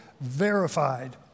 verified